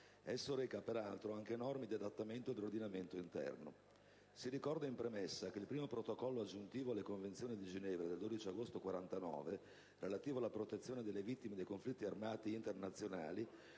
Esso reca, peraltro, anche norme di adattamento dell'ordinamento interno. Ricordo in via preliminare che il Primo protocollo aggiuntivo alle Convenzioni di Ginevra del 12 agosto 1949, relativo alla protezione delle vittime dei conflitti armati internazionali,